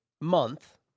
month